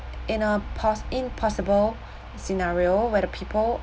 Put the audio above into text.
in a poss~ impossible scenario where the people